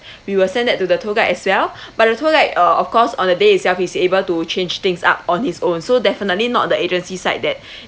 we will send it to the tour guide as well but the tour guide uh of course on the day itself he's able to change things up on his own so definitely not the agency side that